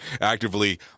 actively